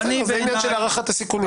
אבל זה עניין של הערכת הסיכונים.